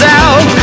out